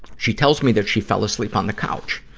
she tells me that she fell asleep on the couch.